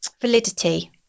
validity